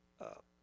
up